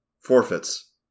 forfeits